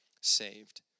saved